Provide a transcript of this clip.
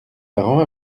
parent